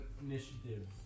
initiative